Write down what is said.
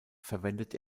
verwendet